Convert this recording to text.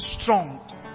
strong